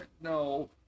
No